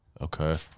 Okay